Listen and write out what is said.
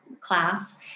class